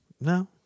No